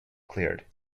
cleared